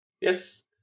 Yes